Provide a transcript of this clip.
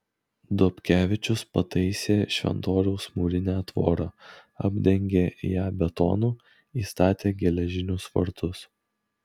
dobkevičius pataisė šventoriaus mūrinę tvorą apdengė ją betonu įstatė geležinius vartus